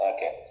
Okay